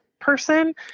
person